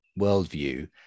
worldview